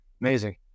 Amazing